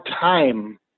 time